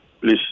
Please